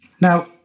Now